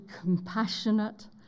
compassionate